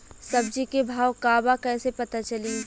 सब्जी के भाव का बा कैसे पता चली?